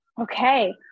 okay